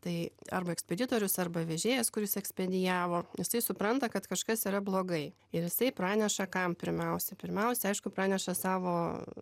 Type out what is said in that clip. tai arba ekspeditorius arba vežėjas kuris ekspedijavo jisai supranta kad kažkas yra blogai ir jisai praneša kam pirmiausia pirmiausia aišku praneša savo